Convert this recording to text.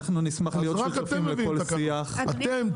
אתם,